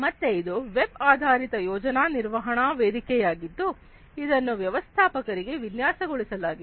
ಮತ್ತೆ ಇದು ವೆಬ್ ಆಧಾರಿತ ಯೋಜನಾ ನಿರ್ವಹಣಾ ವೇದಿಕೆಯಾಗಿದ್ದು ಅದನ್ನು ವ್ಯವಸ್ಥಾಪಕರಿಗೆ ವಿನ್ಯಾಸಗೊಳಿಸಲಾಗಿದೆ